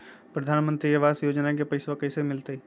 प्रधानमंत्री आवास योजना में पैसबा कैसे मिलते?